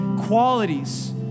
qualities